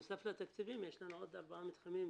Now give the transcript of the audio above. בנוסף לתקציבים יש לנו עוד ארבעה מתחמים,